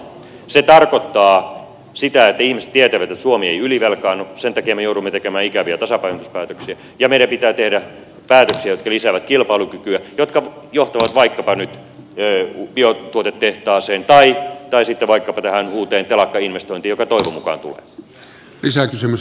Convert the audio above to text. se tarkoittaa sitä että ihmiset tietävät että suomi ei ylivelkaannu sen takia me joudumme tekemään ikäviä tasapainotuspäätöksiä ja meidän pitää tehdä päätöksiä jotka lisäävät kilpailukykyä jotka johtavat vaikkapa nyt biotuotetehtaaseen tai sitten vaikkapa tähän uuteen telakkainvestointiin joka toivon mukaan tulee